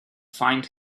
find